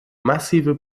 massive